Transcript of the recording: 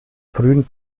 frühen